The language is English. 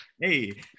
Hey